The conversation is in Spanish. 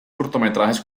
cortometrajes